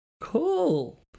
Cool